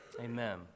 amen